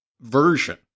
version